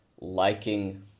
liking